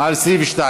סעיף 2